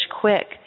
quick